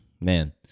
Man